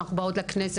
שאנחנו באות לכנסת.